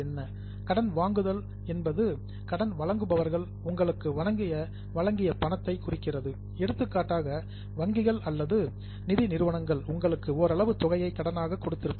borrowings கடன் வாங்குதல் என்பது லெண்டர்ஸ் கடன் வழங்குபவர்கள் உங்களுக்கு வழங்கிய பணத்தை குறிக்கிறது எடுத்துக்காட்டாக வங்கிகள் அல்லது பைனான்சியல் இன்ஸ்டிட்யூசன்ஸ் நிதி நிறுவனங்கள் உங்களுக்கு ஓரளவு தொகையை கடனாக கொடுத்திருப்பது